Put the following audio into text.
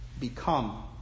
become